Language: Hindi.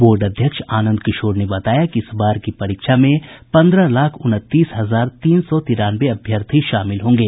बोर्ड अध्यक्ष आनंद किशोर ने बताया कि इस बार की परीक्षा में पन्द्रह लाख उनतीस हजार तीन सौ तिरानवे अभ्यर्थी शामिल होंगे